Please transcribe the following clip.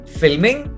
filming